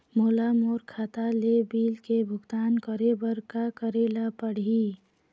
मोला मोर खाता ले बिल के भुगतान करे बर का करेले पड़ही ही?